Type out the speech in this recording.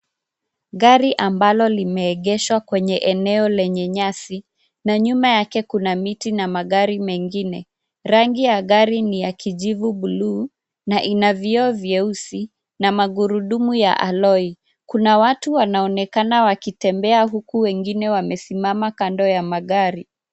Gari ambalo limeegeshwa kwenye eneo lenye nyasi, na nyuma yake kuna miti na magari mengine. Rangi ya gari ni ya kijivu bluu, na ina vioo vyeusi na magurudumu ya aloi. Kuna watu wanaonekana wakitembea huku wengine wamesimama kando ya magari.